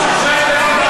שי פירון,